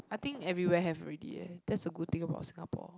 I think everywhere have already eh that's a good thing about Singapore